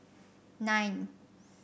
nine